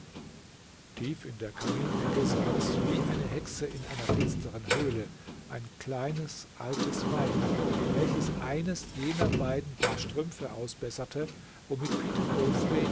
tief in der kaminecke saß wie eine hexe in einer finsteren höhle ein kleines altes weib welches eines jener beiden paare strümpfe ausbesserte womit peter